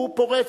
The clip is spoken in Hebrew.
הוא פורץ,